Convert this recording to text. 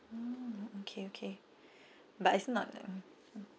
mm okay okay but it's not um